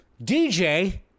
DJ